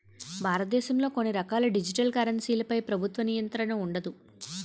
భారతదేశంలో కొన్ని రకాల డిజిటల్ కరెన్సీలపై ప్రభుత్వ నియంత్రణ ఉండదు